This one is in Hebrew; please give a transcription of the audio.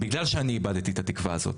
מפני שאני איבדתי את התקווה הזאת.